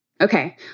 Okay